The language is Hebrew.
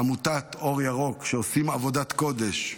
עמותת אור ירוק, שעושים עבודת קודש,